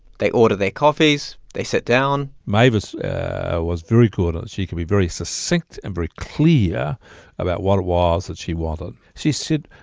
they order their coffees. they sit down mavis was very good. um she could be very succinct and very clear about what it was that she wanted. she said,